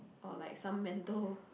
or like some mental